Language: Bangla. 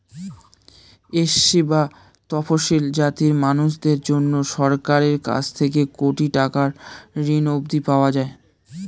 এস.সি বা তফশিলী জাতির মানুষদের জন্যে সরকারের কাছ থেকে কোটি টাকার ঋণ অবধি পাওয়া যায়